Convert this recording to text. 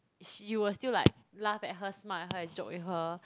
she will still like laugh at her smile at her and joke with her